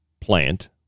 plant